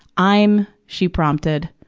i'm she prompted.